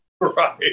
Right